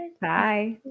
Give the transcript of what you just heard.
Bye